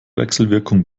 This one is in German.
wechselwirkung